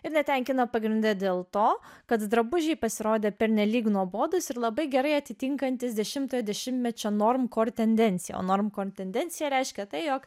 ir netenkina pagrinde dėl to kad drabužiai pasirodė pernelyg nuobodūs ir labai gerai atitinkantys dešimtojo dešimtmečio normų cor tendencija o normkortendencija reiškia tai jog